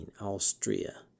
Austria